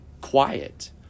quiet